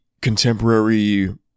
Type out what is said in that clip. contemporary